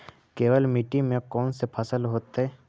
केवल मिट्टी में कौन से फसल होतै?